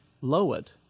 lowered